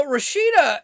Rashida